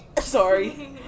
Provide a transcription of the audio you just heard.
Sorry